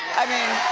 i mean.